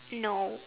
no